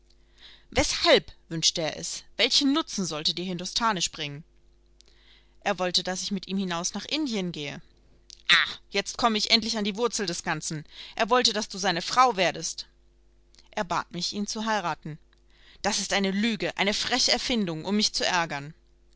weshalb wünschte er es welchen nutzen sollte dir hindostanisch bringen er wollte daß ich mit ihm hinaus nach indien gehe ah jetzt komme ich endlich an die wurzel des ganzen er wollte daß du seine frau werdest er bat mich ihn zu heiraten das ist eine lüge eine freche erfindung um mich zu ärgern